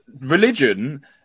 Religion